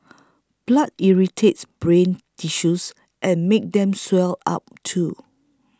blood irritates brain tissues and makes them swell up too